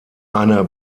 eine